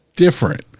different